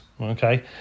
okay